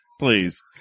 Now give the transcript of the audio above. Please